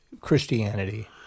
Christianity